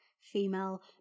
female